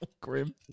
Grim